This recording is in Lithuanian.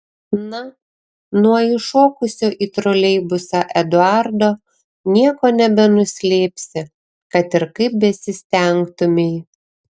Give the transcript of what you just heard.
na nuo įšokusio į troleibusą eduardo nieko nebenuslėpsi kad ir kaip besistengtumei